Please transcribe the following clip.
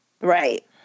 right